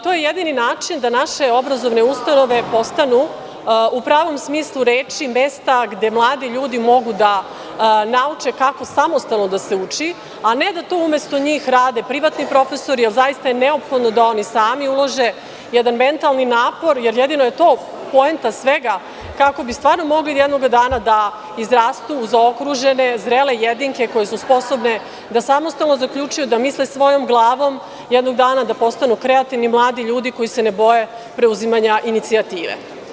To je jedini način da naše obrazovne ustanove postanu u pravom smislu reči mesta gde mladi ljudi mogu da nauče kako samostalno da se uči, a ne da to umesto njih rade privatni profesori, jer zaista je neophodno da oni sami ulože jedan mentalni napor, jer jedino je to poenta svega kako bi stvarno mogli jednog dana da izrastu u zaokružene, zrele jedinke koje su sposobne da samostalno zaključuju, da misle svojom glavom jednog dana, da postanu kreativni mladi ljudi koji se ne boje preuzimanja inicijative.